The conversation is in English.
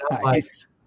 nice